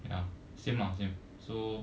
ya same ah same so